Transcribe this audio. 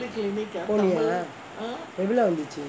போனியா எவ்ளோ வந்துச்சு:poniyaa evlo vanthuchu